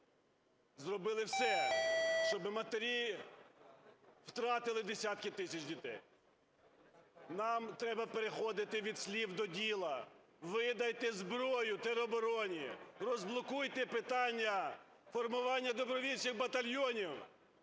зробили все, щоб матері втратили десятки тисяч дітей. Нам треба переходити від слів до діла. Видайте зброю теробороні, розблокуйте питання формування добровольчих батальйонів,